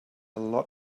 lot